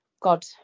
God